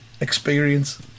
experience